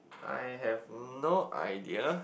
I have no idea